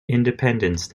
independence